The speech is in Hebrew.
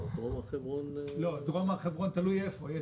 לא, דרום הר חברון תלוי איפה.